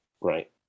Right